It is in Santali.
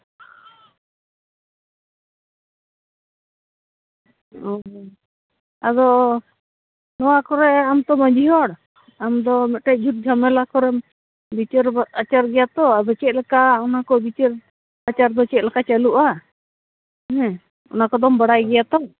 ᱚᱻ ᱟᱫᱚ ᱱᱚᱣᱟ ᱠᱚᱨᱮ ᱟᱢ ᱛᱚ ᱢᱟᱺᱡᱷᱤ ᱦᱚᱲ ᱟᱢ ᱫᱚ ᱢᱤᱫᱴᱮᱱ ᱡᱷᱩᱴ ᱡᱷᱟᱢᱮᱞᱟ ᱠᱚᱨᱮᱢ ᱵᱤᱪᱟᱹᱨ ᱟᱪᱟᱨ ᱜᱮᱭᱟ ᱛᱚ ᱟᱫᱚ ᱪᱮᱫᱞᱮᱠᱟ ᱚᱱᱟᱠᱚ ᱵᱤᱪᱟᱹᱨ ᱟᱪᱟᱨ ᱫᱚ ᱪᱮᱫᱞᱮᱠᱟ ᱪᱟᱞᱩᱜᱼᱟ ᱦᱮᱸ ᱚᱱᱟ ᱠᱚᱫᱚᱢ ᱵᱟᱲᱟᱭ ᱜᱮᱭᱟ ᱛᱚ